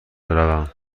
بروم